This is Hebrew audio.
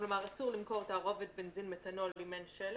אסור למכור תערובת בנזין מתנול אם אין שלט,